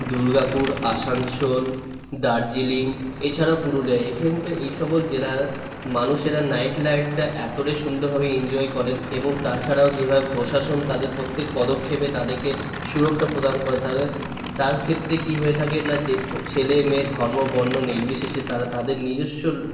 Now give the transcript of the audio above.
দুর্গাপুর আসানসোল দার্জিলিং এছাড়াও পুরুলিয়া এখানকার এই সকল জেলার মানুষেরা নাইটলাইফটা এতোটাই সুন্দরভাবে এনজয় করেন এবং তাছাড়াও যেভাবে প্রশাসন তাদের প্রত্যেক পদক্ষেপে তাদেরকে সুরক্ষা প্রদান করে থাকে তার ক্ষেত্রে কি হয়ে থাকে না যে ছেলে মেয়ে ধর্ম বর্ণ নির্বিশেষে তারা তাদের নিজস্ব